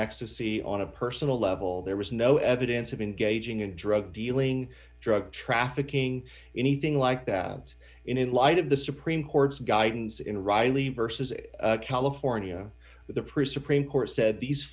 ecstasy on a personal level there was no evidence of engaging in drug dealing drug trafficking anything like that in light of the supreme court's guidance in riley versus california the priest supreme court said these